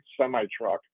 semi-truck